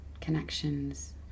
Connections